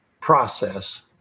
process